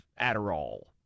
Adderall